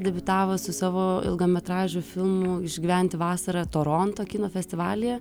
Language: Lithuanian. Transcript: debiutavo su savo ilgametražiu filmu išgyventi vasarą toronto kino festivalyje